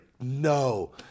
No